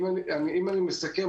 לסיכום,